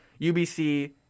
UBC